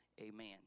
Amen